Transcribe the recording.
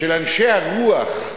של אנשי הרוח,